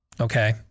Okay